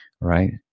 right